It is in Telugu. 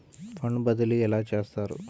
ఫండ్ బదిలీ ఎలా చేస్తారు?